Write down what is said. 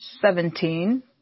seventeen